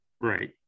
Right